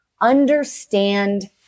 understand